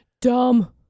Dumb